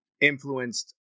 influenced